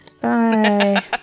Bye